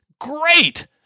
great